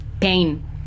pain